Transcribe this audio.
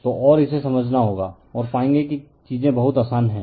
तो और इसे समझना होगा और पाएंगे कि चीजें बहुत आसान हैं